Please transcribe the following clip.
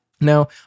Now